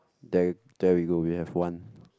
there there we go we have one